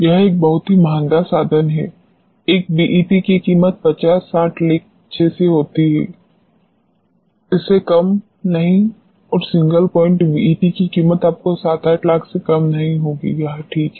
यह एक बहुत ही महंगा साधन है एक बीईटी की कीमत 50 60 लाख जैसी होगी इससे कम नहीं और सिंगल पॉइंट बीईटी की कीमत आपको 7 8 लाख से कम नहीं होगी यह ठीक है